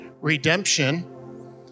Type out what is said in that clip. redemption